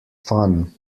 fun